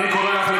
אני קורא אותך,